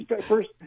First